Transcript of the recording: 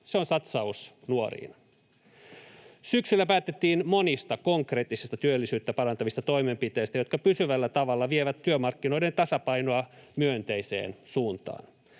Se on satsaus nuoriin. Syksyllä päätettiin monista konkreettisista työllisyyttä parantavista toimenpiteistä, jotka pysyvällä tavalla vievät työmarkkinoiden tasapainoa myönteiseen suuntaan.